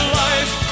life